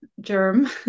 germ